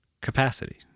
capacity